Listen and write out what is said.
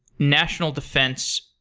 national defense